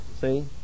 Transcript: see